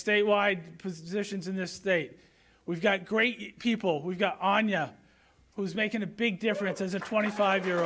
statewide positions in this state we've got great people who go on yeah who's making a big difference as a twenty five year